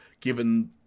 given